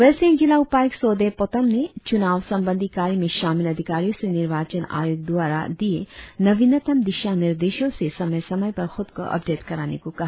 waste Siang जिला उपायुक्त सोदे पोतोम ने चुनाव संबंधी कार्य में शामिल अधिकारियों से निर्वाचन आयोग द्वारा दिए नवीनतम दिशानिर्देशों से समय समय पर ख़ुद को अपडेट कराने को कहा